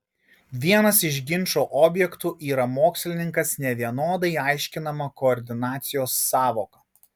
vienas iš ginčo objektų yra mokslininkas nevienodai aiškinama koordinacijos sąvoka